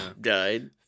died